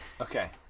Okay